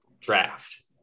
draft